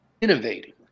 innovating